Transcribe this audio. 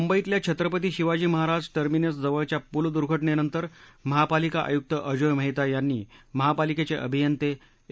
मुंबईतल्या छत्रपती शिवाजी महाराज टर्मिनसजवळच्या पूल दुर्घटनेनंतर महापालिका आयुक्त अजोय मेहता यांनी महापालिकेचे अभियंते ए